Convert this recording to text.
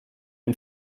ein